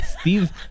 Steve